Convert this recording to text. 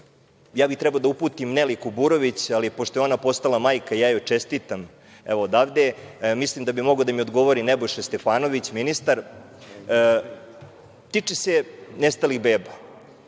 ja bih trebao da uputim Neli Kuburović, ali pošto je ona postala majka, ja joj čestitam odavde, mislim da bih mogao da mi odgovori Nebojša Stefanović, ministar, tiče se nestalih beba. Mi